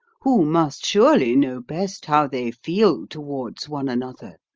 who must surely know best how they feel towards one another.